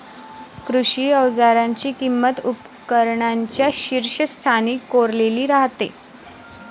कृषी अवजारांची किंमत उपकरणांच्या शीर्षस्थानी कोरलेली राहते